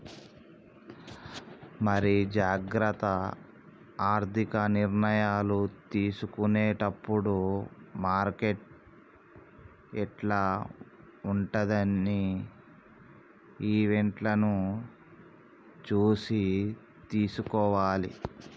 మరి జాగ్రత్త ఆర్థిక నిర్ణయాలు తీసుకునేటప్పుడు మార్కెట్ యిట్ల ఉంటదని ఈవెంట్లను చూసి తీసుకోవాలి